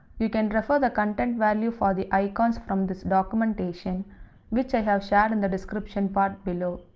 you can refer the content value for the icons from this documentation which i have shared in the description part below.